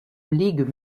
ligues